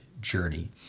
journey